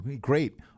great